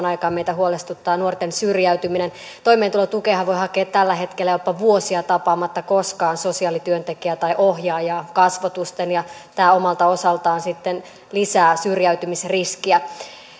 aikaan meitä huolestuttaa nuorten syrjäytyminen toimeentulotukeahan voi hakea tällä hetkellä jopa vuosia tapaamatta koskaan sosiaalityöntekijää tai ohjaajaa kasvotusten ja tämä omalta osaltaan sitten lisää syrjäytymisriskiä